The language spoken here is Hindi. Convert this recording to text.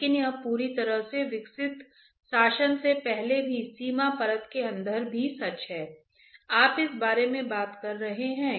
आपको यह भी पता होना चाहिए कि इसे करने का गैर कठोर तरीका क्या है